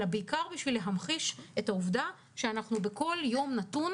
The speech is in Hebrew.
אלא בעיקר בשביל להמחיש את העובדה שבכל יום נתון